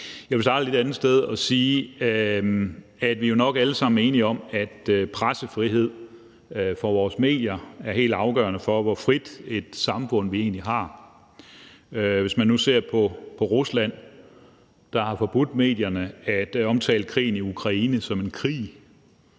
Jeg vil starte et lidt andet sted og sige, at vi jo nok alle sammen er enige om, at pressefrihed for vores medier er helt afgørende for, hvor frit et samfund vi egentlig har. Hvis man nu ser på Rusland, der har forbudt medierne at omtale krigen i Ukraine som en krig,